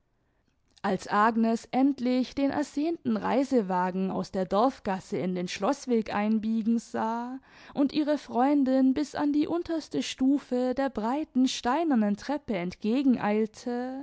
als agnes endlich den ersehnten reisewagen aus der dorfgasse in den schloßweg einbiegen sah und ihrer freundin bis an die unterste stufe der breiten steinernen treppe